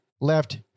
left